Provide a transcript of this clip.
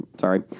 sorry